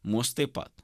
mus taip pat